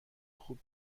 خوب